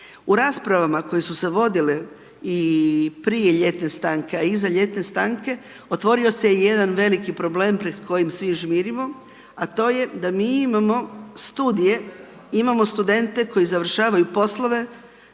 U raspravama koje su se vodile i prije ljetne stanke, a iza ljetne stanke otvorio se jedan veliki problem pred kojim svi žmirimo, a to je da mi imamo studije, imamo studente koji završavaju poslove